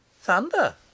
Thunder